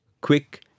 quick